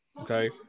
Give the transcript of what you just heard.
okay